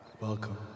Welcome